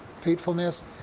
faithfulness